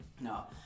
No